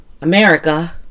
America